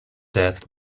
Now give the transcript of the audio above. death